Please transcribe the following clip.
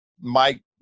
mike